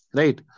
right